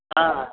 ହଁ